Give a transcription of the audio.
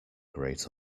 great